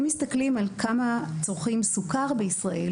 אם מסתכלים על כמה צורכים סוכר בישראל,